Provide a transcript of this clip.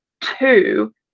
two